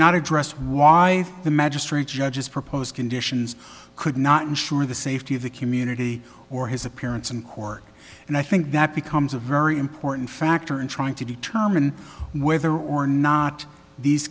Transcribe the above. not address why the magistrate judges propose conditions could not ensure the safety of the community or his appearance in court and i think that becomes a very important factor in trying to determine whether or not these